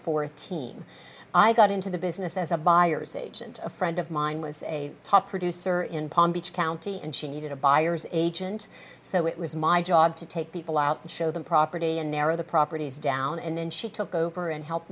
thirteen i got into the business as a buyer's agent a friend of mine was a top producer in palm beach county and she needed a buyer's agent so it was my job to take people out and show them property and narrow the properties down and then she took over and help